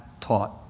taught